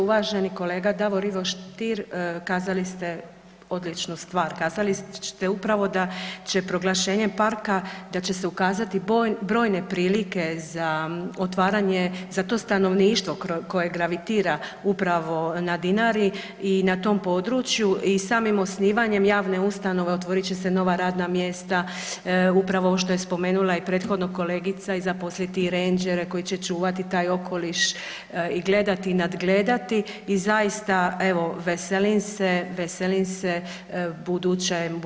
Uvaženi kolega Davor Ivo Stier, kazali ste odličnu stvar, kazali ste upravo da će proglašenjem parka da će se ukazati brojne prilike za otvaranje za to stanovništvo koje gravitira upravo na Dinari i na tom području i samim osnivanjem javne ustanove otvorit će se nova radna mjesta, upravo ovo što je spomenula i prethodno kolegica i zaposliti rendžere koji će čuvati taj okoliš i gledati i nadgledati i zaista evo veselim se, veselim se budućem, budućem tom razvoju.